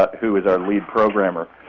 but who is our lead programmer.